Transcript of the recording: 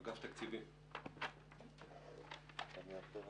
אביעד, ניקח אותך לסיפור